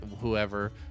whoever